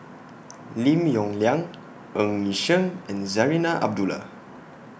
Lim Yong Liang Ng Yi Sheng and Zarinah Abdullah